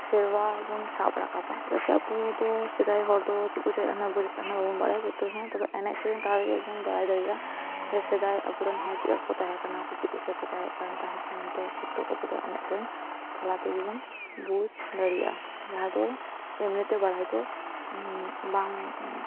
ᱥᱮᱨᱣᱟ ᱵᱚᱱ ᱥᱟᱵ ᱨᱟᱠᱟᱵᱟ ᱪᱮᱫᱟᱜ ᱥᱮ ᱟᱵᱚ ᱫᱚ ᱥᱮᱫᱟᱭ ᱦᱚᱲ ᱫᱚ ᱪᱮᱫ ᱠᱚᱪᱚ ᱮᱱᱦᱚᱸ ᱵᱟᱵᱚᱱ ᱵᱟᱲᱟᱭᱟ ᱠᱤᱱᱛᱩ ᱦᱮᱸ ᱛᱚᱵᱮ ᱮᱱᱮᱡ ᱥᱮᱨᱮᱧ ᱛᱟᱞᱟ ᱛᱮᱜᱮ ᱵᱚᱱ ᱵᱟᱲᱟᱭ ᱫᱟᱲᱮᱭᱟᱜᱼᱟ ᱡᱮ ᱥᱮᱫᱟᱭ ᱟᱵᱚ ᱨᱮᱱ ᱦᱚᱲ ᱪᱮᱫ ᱞᱮᱠᱟ ᱠᱚ ᱛᱟᱦᱮᱸ ᱠᱟᱱᱟ ᱥᱮ ᱪᱮᱫ ᱠᱚ ᱠᱚ ᱪᱮᱠᱟᱭᱮᱫ ᱠᱟᱱ ᱛᱟᱦᱮᱸ ᱠᱟᱱᱟ ᱱᱤᱛᱚᱜ ᱩᱱᱠᱩ ᱫᱚ ᱮᱱᱮᱡ ᱥᱮᱨᱮᱧ ᱛᱟᱞᱟ ᱛᱮᱜᱮ ᱵᱚᱱ ᱵᱩᱡᱽ ᱫᱟᱲᱮᱭᱟᱜᱼᱟ ᱡᱟᱦᱟᱸ ᱫᱚ ᱮᱢᱱᱤ ᱛᱮ ᱵᱟᱰᱟᱭ ᱫᱚ ᱵᱟᱝ